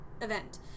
event